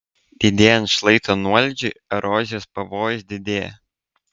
didėjant šlaito nuolydžiui erozijos pavojus didėja